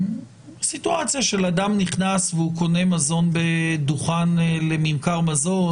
סיטואציה בה אדם נכנס והוא קונה מזון בדוכן לממכר מזון,